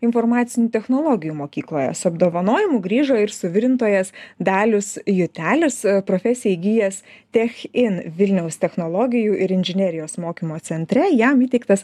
informacinių technologijų mokykloje su apdovanojimu grįžo ir suvirintojas dalius jutelis profesiją įgijęs tech in vilniaus technologijų ir inžinerijos mokymo centre jam įteiktas